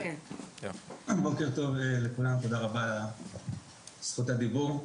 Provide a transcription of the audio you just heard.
בוקר טוב לכולם, תודה רבה על זכות הדיבור.